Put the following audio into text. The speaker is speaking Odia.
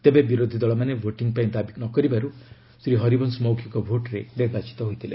ତେବେ ବିରୋଧୀ ଦଳମାନେ ଭୋଟିଂ ପାଇଁ ଦାବି ନ କରିବାରୁ ଶ୍ରୀ ହରିବଂଶ ମୌଖିକ ଭୋଟ୍ରେ ନିର୍ବାଚିତ ହୋଇଥିଲେ